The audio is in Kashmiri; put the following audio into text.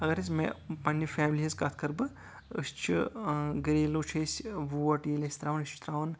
اَگر أسۍ مےٚ پنٕنہِ فیملی ہنٛز کَتھ کَرٕ بہٕ أسۍ چھِ گریلو چھِ أسۍ ووٹ ییٚلہِ أسۍ تراوان چھِ أسۍ چھِ تراوان